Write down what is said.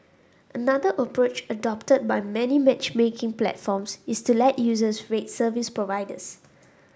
another approach adopted by many matchmaking platforms is to let users rate service providers